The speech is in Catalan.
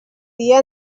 dia